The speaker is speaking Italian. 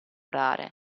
rare